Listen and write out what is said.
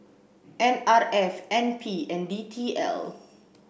N R F N P and D T L